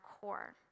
core